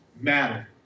matter